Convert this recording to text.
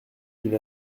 d’une